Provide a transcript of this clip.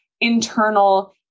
internal